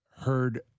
heard